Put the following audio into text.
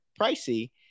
pricey